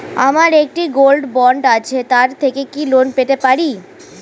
আমার একটি gold bond আছে তার থেকে কি লোন পেতে পারি?